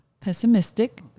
pessimistic